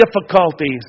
difficulties